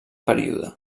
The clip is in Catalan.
període